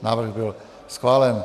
Návrh byl schválen.